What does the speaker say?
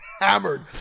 hammered